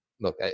look